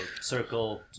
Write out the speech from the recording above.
circle